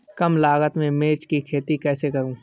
कम लागत में मिर्च की खेती कैसे करूँ?